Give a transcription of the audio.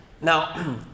Now